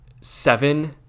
seven